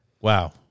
Wow